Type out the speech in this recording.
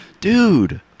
dude